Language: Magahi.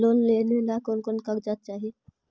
लोन लेने ला कोन कोन कागजात चाही?